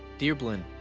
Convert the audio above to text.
dear blynn,